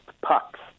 pucks